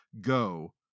go